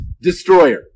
destroyer